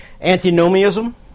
antinomianism